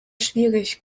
schwierig